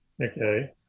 Okay